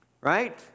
Right